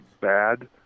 bad